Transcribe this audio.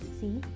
see